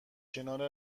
کنار